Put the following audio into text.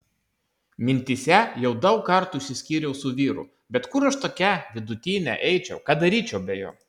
mintyse jau daug kartų išsiskyriau su vyru bet kur aš tokia vidutinė eičiau ką daryčiau be jo